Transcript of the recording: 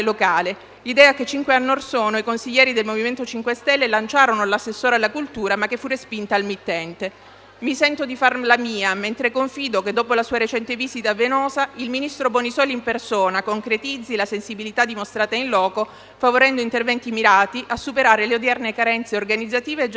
idea che cinque anni or sono i consiglieri del MoVimento 5 Stelle lanciarono all'assessore alla cultura, ma che fu respinta al mittente. Mi sento di farla mia, mentre confido che, dopo la sua recente visita a Venosa, il ministro Bonisoli in persona concretizzi la sensibilità dimostrata *in loco*, favorendo interventi mirati a superare le odierne carenze organizzative e gestionali.